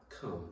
come